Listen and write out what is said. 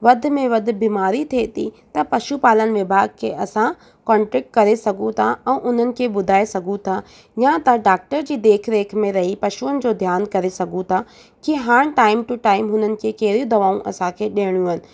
वधि में वधि बीमारी थिए थी त पशु पालन विभाग खे असां कॉन्टेक्ट करे सघूं था ऐं उन्हनि खे ॿुधाए सघूं था यां तव्हां डाक्टर जी देख रेख में रही पशुअनि जो ध्यानु करे सघूं था की हाणे टाईम टू टाईम हुननि खे कहिड़ियूं दवाऊं असां खे ॾियणियूं आहिनि